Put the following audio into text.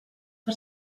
per